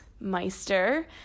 Meister